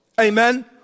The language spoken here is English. Amen